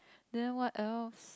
then what else